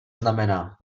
znamená